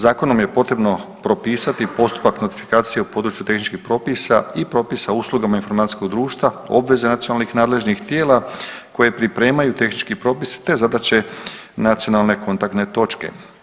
Zakonom je potrebno propisati postupak notifikacije u području tehničkih propisa i propisa o uslugama informacijskog društva, obveze nacionalnih nadležnih tijela koje pripremaju tehnički propis te zadaće nacionalne kontaktne točke.